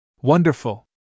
Wonderful